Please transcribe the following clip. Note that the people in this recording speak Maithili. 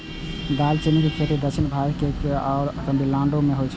दालचीनी के खेती दक्षिण भारत केर केरल आ तमिलनाडु मे होइ छै